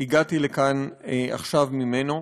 שהגעתי לכאן עכשיו ממנו.